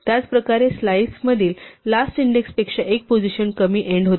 त्याच प्रकारे स्लाईसमधील लास्ट इंडेक्स पेक्षा एक पोझिशन कमी एन्ड होते